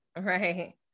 Right